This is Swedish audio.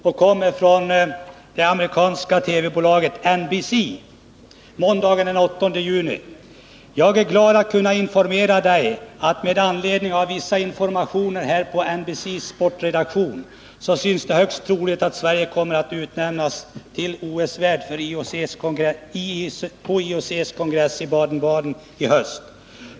Det lyder i översättning: ”Jag är glad att kunna informera Dig att med anledning av vissa informationer här på NBC:s sportredaktion så synes det högst troligt att Sverige kommer att utnämnas på IOC:s kongress i Baden-Baden i höst.